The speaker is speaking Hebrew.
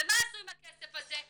ומה עשו עם הכסף הזה?